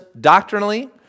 doctrinally